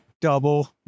Double